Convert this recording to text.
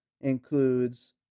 includes